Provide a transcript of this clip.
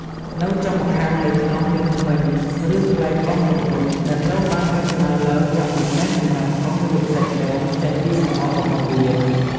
នៅចុងម្ខាងនៃខ្នោសមានធ្មេញ ឬផ្លែកោសមុតៗ ដែលត្រូវបានរចនាឡើងយ៉ាងពិសេសសម្រាប់កោសយកសាច់ដូងចេញពីសម្បករបស់វា។